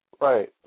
Right